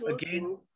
again